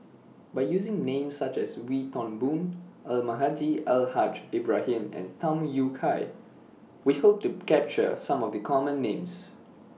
By using Names such as Wee Toon Boon Almahdi Al Haj Ibrahim and Tham Yui Kai We Hope to capture Some of The Common Names